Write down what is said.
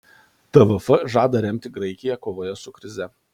tvf žada remti graikiją kovoje su krize